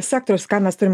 sektoriaus ką mes turim